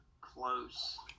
close